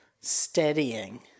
steadying